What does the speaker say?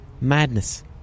Madness